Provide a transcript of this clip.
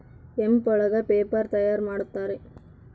hemp ಒಳಗ paper ತಯಾರ್ ಮಾಡುತ್ತಾರೆ